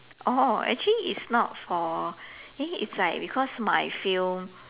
oh actually is not for eh is like because my film